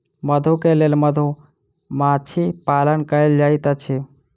मधु के लेल मधुमाछी पालन कएल जाइत अछि